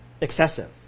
Excessive